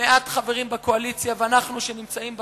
מעט חברים בקואליציה, ואנחנו, שנמצאים בוועדות,